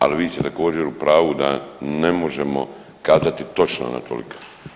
Ali vi ste također u pravu da ne možemo kazati točno ona je tolika.